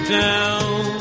down